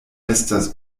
estas